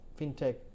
fintech